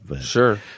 Sure